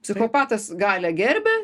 psichopatas galią gerbia